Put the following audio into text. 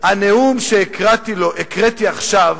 הנאום שהקראתי עכשיו